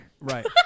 right